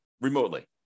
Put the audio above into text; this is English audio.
remotely